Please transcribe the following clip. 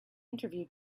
interview